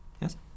Yes